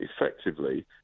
effectively